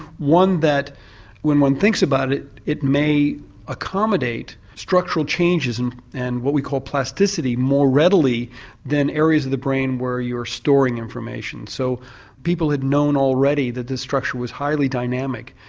one that when one thinks about it, it may accommodate structural changes and and what we call plasticity more readily than areas of the brain where you're storing information. so people had known already that this structure was highly dynamic,